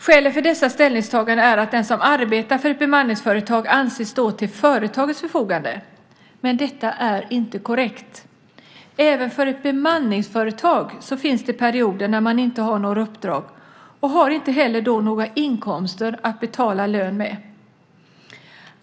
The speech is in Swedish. Skälen för dessa ställningstaganden är att den som arbetar för ett bemanningsföretag anses stå till företagets förfogande. Men detta är inte korrekt. Även för ett bemanningsföretag finns perioder när man inte har några uppdrag, och då har man inte heller några inkomster att betala lön med.